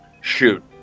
Shoot